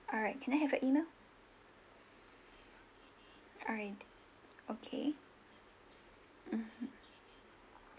alright can I have your email alright okay mmhmm